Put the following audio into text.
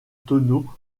tonneaux